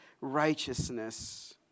righteousness